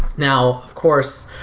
now, of course,